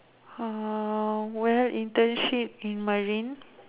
um well internship in marine